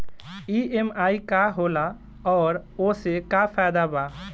EMI का होला और ओसे का फायदा बा?